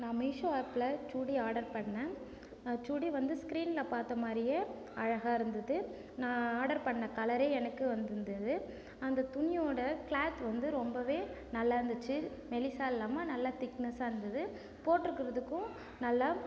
நான் மீஷோ ஆப்பில் சுடி ஆர்டர் பண்ணேன் அந்த சுடி வந்து ஸ்க்ரீனில் பார்த்த மாதிரியே அழகாக இருந்தது நான் ஆர்டர் பண்ண கலரே எனக்கு வந்துருந்தது அந்த துணியோடய க்ளாத் வந்து ரொம்பவே நல்லாயிருந்துச்சி மெலிசாக இல்லாமல் நல்லா திக்னஸ்ஸாக இருந்தது போட்டிருக்கறதுக்கும் நல்லா